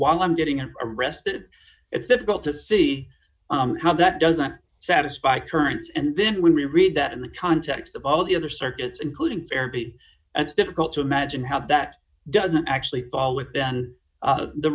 while i'm getting an arrest it's difficult to see how that doesn't satisfy turns and then when we read that in the context of all the other circuits including therapy it's difficult to imagine how that d doesn't actually fall within the